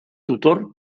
tutor